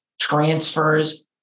transfers